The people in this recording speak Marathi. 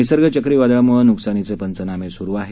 निसर्ग चक्रीवादळामुळं नुकसानीचे पंचनामे सुरू आहेत